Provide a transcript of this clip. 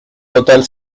total